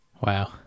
Wow